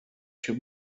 się